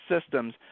systems